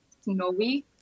snowy